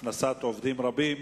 והכנסת עובדים רבים